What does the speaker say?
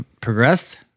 Progressed